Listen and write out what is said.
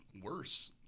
worse